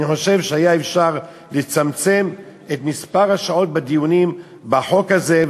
אני חושב שהיה אפשר לצמצם את מספר השעות בדיונים בחוק הזה,